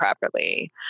properly